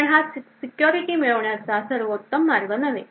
पण हा सिक्युरिटी मिळवण्याचा सर्वोत्तम मार्ग नव्हे